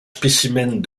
spécimens